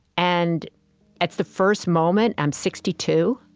and it's the first moment i'm sixty two,